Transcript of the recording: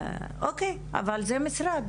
אבל זה המשרד,